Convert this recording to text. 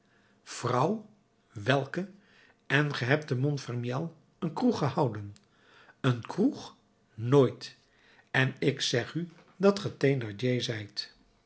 vrouw welke en ge hebt te montfermeil een kroeg gehouden een kroeg nooit en ik zeg u dat